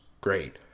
great